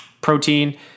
protein